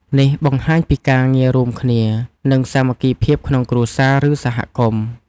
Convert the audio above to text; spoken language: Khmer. នេះបង្ហាញពីការងាររួមគ្នា និងសាមគ្គីភាពក្នុងគ្រួសារ ឬសហគមន៍។